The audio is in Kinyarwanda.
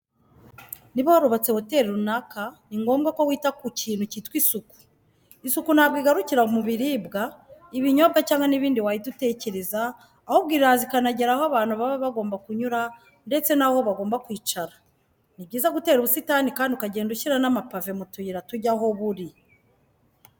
Niba warubatse hoteri runaka ni ngombwa ko wita ku kintu cyitwa isuku. Isuku ntabwo igarukira mu biribwa, ibinyobwa cyangwa n'ibindi wahita utekereza, ahubwo iraza ikanagera aho abantu baba bagomba kunyura ndetse n'aho bagomba kwicara. Ni byiza gutera ubusitani kandi ukagenda ushyira n'amapave mu tuyira tujya aho buri.